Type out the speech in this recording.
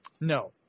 No